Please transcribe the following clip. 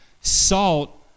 Salt